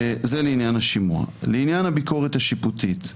לעניין הביקורת השיפוטית.